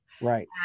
Right